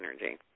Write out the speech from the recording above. energy